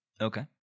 Okay